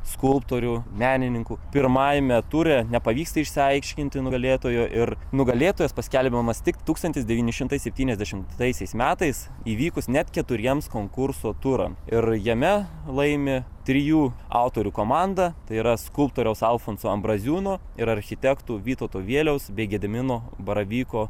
skulptorių menininkų pirmajame ture nepavyksta išsiaiškinti nugalėtojo ir nugalėtojas paskelbiamas tik tūkstantis devyni šimtai septyniasdešimtaisiais metais įvykus net keturiems konkurso turam ir jame laimi trijų autorių komanda tai yra skulptoriaus alfonso ambraziūno ir architektų vytauto vieliaus bei gedimino baravyko